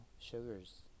sugar's